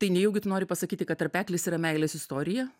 tai nejaugi tu nori pasakyti kad tarpeklis yra meilės istorija